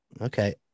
Okay